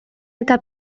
eta